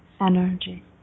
energy